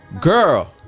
Girl